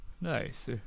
Nice